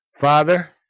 Father